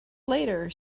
later